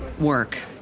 work